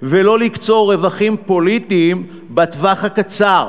ולא לקצור רווחים פוליטיים בטווח הקצר,